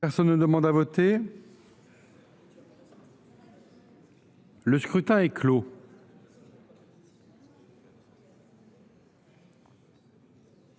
Personne ne demande plus à voter ?… Le scrutin est clos.